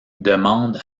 demande